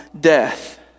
death